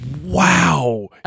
wow